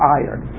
iron